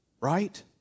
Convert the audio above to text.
right